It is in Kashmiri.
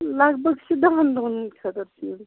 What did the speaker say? لگ بگ چھِ دَہن دۄہَن ہِنٛدۍ خٲطر